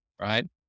Right